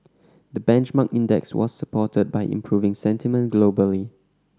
the benchmark index was supported by improving sentiment globally